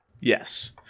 yes